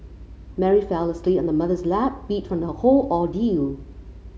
Mary fell asleep on her mother's lap beat from the whole ordeal